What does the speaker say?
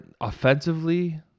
offensively